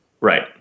Right